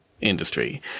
industry